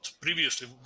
previously